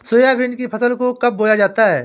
Soybean की फसल को कब बोया जाता है?